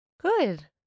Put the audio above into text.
Good